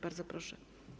Bardzo proszę.